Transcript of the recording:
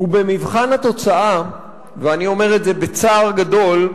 ובמבחן התוצאה, ואני אומר את זה בצער גדול,